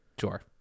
Sure